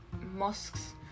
mosques